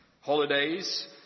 Holidays